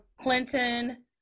Clinton